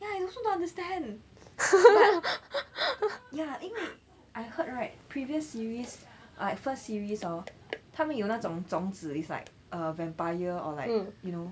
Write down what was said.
ya I also not understand but ya 因为 I heard right previous series I first series hor 他们有那种宗旨 is like a vampire or like you know